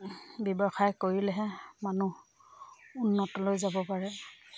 ব্যৱসায় কৰিলেহে মানুহ উন্নতলৈ যাব পাৰে